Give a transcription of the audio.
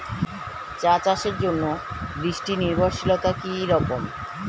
চা চাষের জন্য বৃষ্টি নির্ভরশীলতা কী রকম?